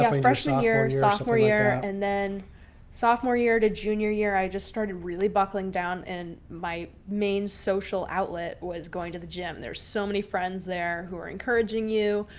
yeah freshman year, sophomore year. and then sophomore year to junior year, i just started really buckling down and my main social outlet was going to the gym. there's so many friends there who are encouraging you,